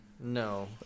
No